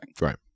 right